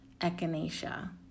echinacea